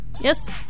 Yes